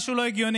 משהו לא הגיוני.